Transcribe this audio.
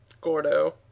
Gordo